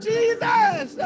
Jesus